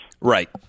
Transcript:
Right